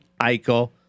Eichel